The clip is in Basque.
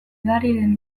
edariren